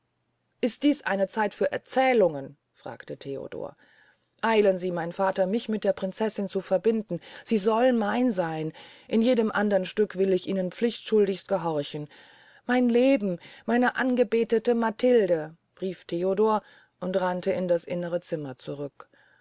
ist dies eine zeit für erzählungen fragte theodor eilen sie mein vater mich mit der prinzessin zu verbinden sie soll mein seyn in jedem andern stück will ich ihnen pflichtschuldigst gehorchen mein leben meine angebetete matilde rief theodor und rannte in das innere zimmer zurück